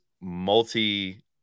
multi